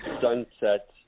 sunset